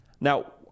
Now